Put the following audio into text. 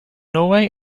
norway